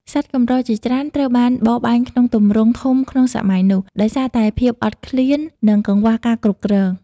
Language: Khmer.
សត្វកម្រជាច្រើនត្រូវបានបរបាញ់ក្នុងទ្រង់ទ្រាយធំក្នុងសម័យនោះ ដោយសារតែភាពអត់ឃ្លាន និងកង្វះការគ្រប់គ្រង។